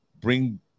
bring